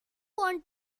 want